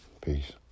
Peace